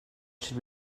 should